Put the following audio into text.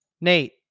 Nate